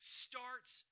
starts